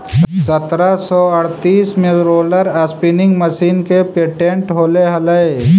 सत्रह सौ अड़तीस में रोलर स्पीनिंग मशीन के पेटेंट होले हलई